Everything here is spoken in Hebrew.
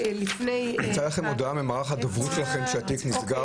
יצאה הודעה ממערך הדוברות שלכם שהתיק נסגר?